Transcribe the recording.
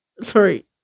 sorry